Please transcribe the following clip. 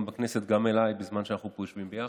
המעבר תוכנן ל-3,000 עובדים ביום,